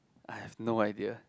I have no idea